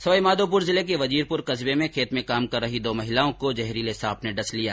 सवाईमाधोपुर जिले के वजीरपुर कस्बे में खेत में काम केर रही दो महिलाओं को जहरीले सांप ने डस लिया